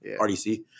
RDC